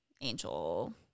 angel